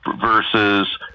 versus